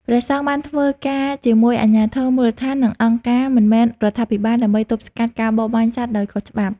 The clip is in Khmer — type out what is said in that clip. ព្រះសង្ឃបានធ្វើការជាមួយអាជ្ញាធរមូលដ្ឋាន និងអង្គការមិនមែនរដ្ឋាភិបាលដើម្បីទប់ស្កាត់ការបរបាញ់សត្វដោយខុសច្បាប់។